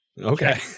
Okay